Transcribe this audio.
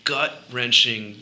gut-wrenching